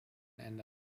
ende